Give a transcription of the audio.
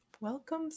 Welcome